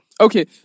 Okay